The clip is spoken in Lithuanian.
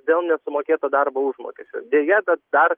dėl nesumokėto darbo užmokesčio deja bet dar